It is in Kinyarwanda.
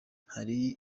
hari